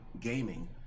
gaming